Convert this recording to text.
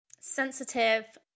sensitive